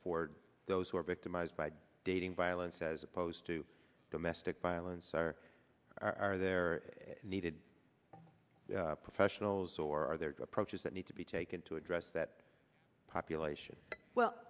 for those who are victimized by dating violence as opposed to domestic violence or are there needed professionals or are there two approaches that need to be taken to address that population